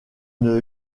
une